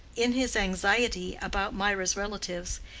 in his anxiety about mirah's relatives,